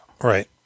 Right